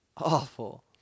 Awful